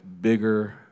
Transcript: bigger